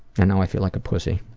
and now i feel like a pussy